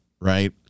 right